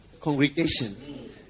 congregation